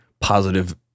positive